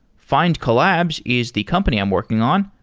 findcollabs is the company i'm working on.